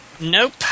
Nope